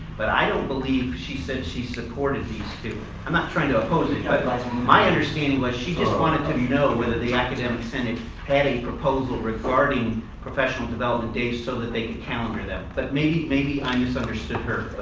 but i don't believe she said she supported these two. i'm not trying to oppose it you know it but my understanding was she just wanted to know whether the academic senate had a proposal regarding professional development days so that they can calendar them. but maybe maybe i misunderstood her.